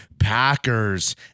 Packers